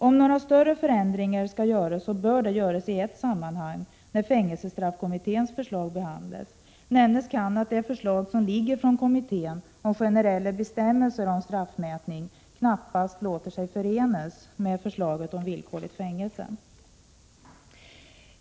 Om några större förändringar skall göras bör de göras i ett sammanhang, när fängelsestraffkommitténs förslag behandlas. Nämnas kan att kommitténs föreliggande förslag om generella bestämmelser för straffmätning knappast låter sig förena med förslaget om villkorligt fängelse.